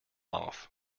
off